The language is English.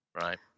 right